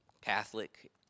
Catholic